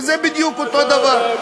וזה בדיוק אותו דבר.